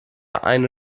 eine